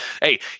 Hey